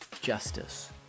justice